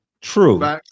true